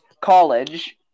college